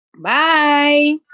Bye